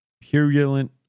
purulent